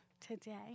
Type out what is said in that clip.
today